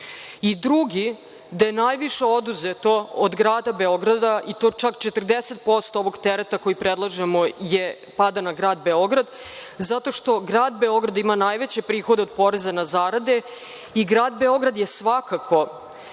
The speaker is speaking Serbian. i drugi da je najviše oduzeto od grada Beograda, čak 40% ovog tereta koji predlažemo pada na grad Beograd, zato što grad Beograd ima najveće prihode od poreza na zarade i grad Beograd je svakako,